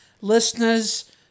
listeners